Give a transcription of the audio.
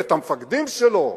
ואת המפקדים שלו,